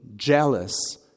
jealous